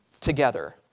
together